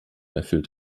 erfüllt